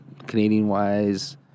Canadian-wise